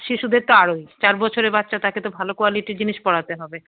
শিশুদের তো আরোই চার বছরের বাচ্চা তাকে তো ভালো কোয়ালিটির জিনিস পরাতে হবে